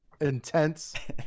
intense